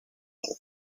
ils